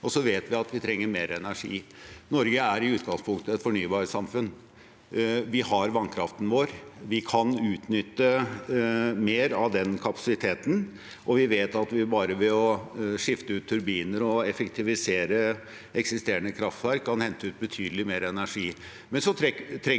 Så vet vi at vi trenger mer energi. Norge er i utgangspunktet et fornybarsamfunn. Vi har vannkraften vår, vi kan utnytte mer av den kapasiteten, og vi vet at vi bare ved å skifte ut turbiner og effektivisere eksisterende kraftverk kan hente ut betydelig mer energi.